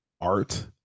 art